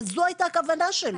וזו הייתה הכוונה שלו?